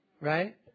right